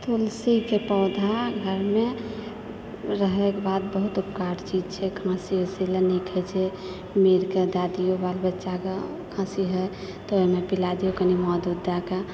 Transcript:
तुलसीके पौधा घरमे रहयके बाद बहुत उपकार चीज छै खाँसी वाँसि लय निक होइत छै मिरके दय दिऔ बालबच्चाके खाँसी है तऽ ओहिमे पिलायै दिऔ कनि मधु वोध दइके